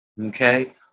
okay